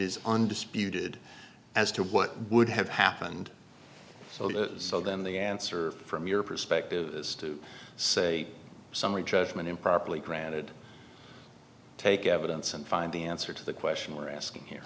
is undisputed as to what would have happened so the so then the answer from your perspective is to say summary judgment improperly granted take evidence and find the answer to the question we're asking here